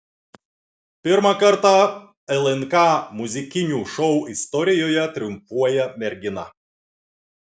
pirmą kartą lnk muzikinių šou istorijoje triumfuoja mergina